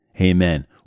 Amen